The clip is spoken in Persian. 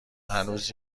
هنوز